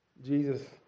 Jesus